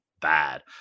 bad